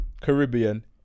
Caribbean